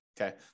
Okay